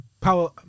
power